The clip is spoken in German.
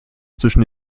zwischen